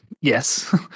Yes